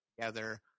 together